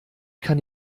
kann